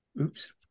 Oops